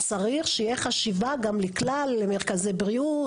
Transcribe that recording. צריך שתהיה חשיבה גם לכלל מרכזי בריאות,